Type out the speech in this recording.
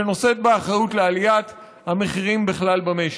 שנושאת באחריות לעליית המחירים בכלל במשק.